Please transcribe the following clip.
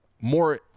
more